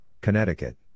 Connecticut